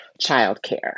childcare